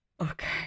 Okay